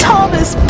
Thomas